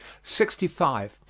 sixty five.